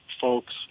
folks